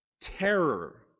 terror